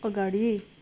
अगाडि